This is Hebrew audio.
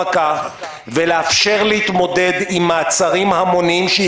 שתאפשר לו להתמודד עם מעצרים המוניים.